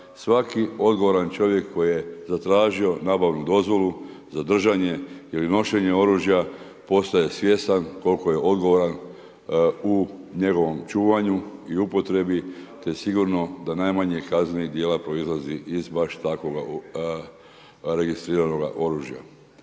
svaki odgovoran čovjek koji je zatražio nabavnu dozvolu za držanje ili nošenje oružja postaje svjestan koliko je odgovoran u njegovom čuvanju i upotrebi te sigurno da najmanje kaznenih djela proizlazi iz baš takvoga registriranoga oružja.